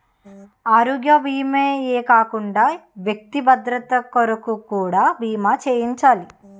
ఆరోగ్య భీమా ఏ కాకుండా వ్యక్తి భద్రత కొరకు కూడా బీమా చేయించాలి